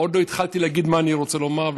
עוד לא התחלתי להגיד מה שאני רוצה לומר,